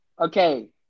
Okay